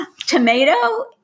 Tomato